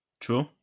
True